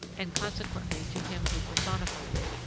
and consequently to him who personified it,